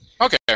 Okay